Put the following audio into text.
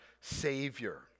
savior